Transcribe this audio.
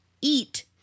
eat